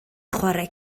chwarae